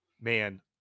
Man